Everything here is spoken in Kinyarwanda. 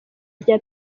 rya